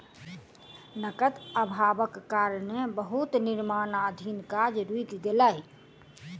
नकद अभावक कारणें बहुत निर्माणाधीन काज रुइक गेलै